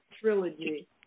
trilogy